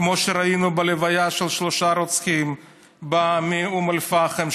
כמו שראינו בלוויה של שלושת הרוצחים מאום אל-פחם,